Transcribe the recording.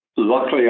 Luckily